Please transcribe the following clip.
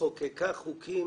חוקקה חוקים